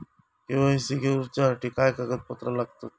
KYC करूच्यासाठी काय कागदपत्रा लागतत?